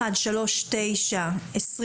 (פ/2139/24)